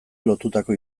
lotutako